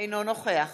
אינו נוכח